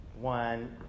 one